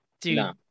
Dude